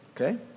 Okay